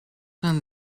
zijn